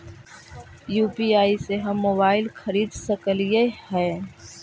UPI से हम mobile खरिद सकलिऐ है